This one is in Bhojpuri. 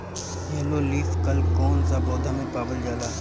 येलो लीफ कल कौन सा पौधा में पावल जाला?